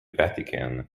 vatican